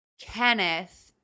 Kenneth